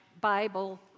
Bible